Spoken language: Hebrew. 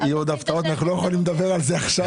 יהיו עוד הפתעות אבל אנחנו לא יכולים לדבר על זה עכשיו.